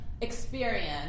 experience